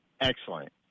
excellent